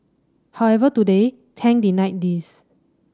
however today Tang denied these